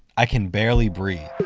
i can barely breathe.